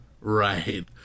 Right